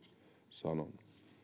sanon täällä